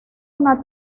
una